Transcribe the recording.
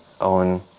own